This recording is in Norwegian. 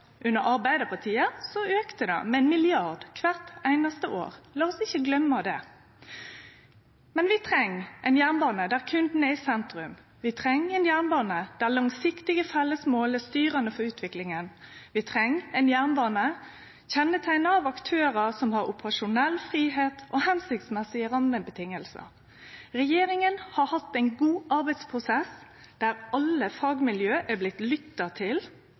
Under Arbeidarpartiet auka det med 1 mrd. kr kvart einaste år – lat oss ikkje gløyme det. Men vi treng ein jernbane der kunden er i sentrum, vi treng ein jernbane der langsiktige felles mål er styrande for utviklinga, og vi treng ein jernbane kjenneteikna av aktørar som har operasjonell fridom og hensiktsmessige rammevilkår. Regjeringa har hatt ein god arbeidsprosess, der alle fagmiljø er blitt lytta til,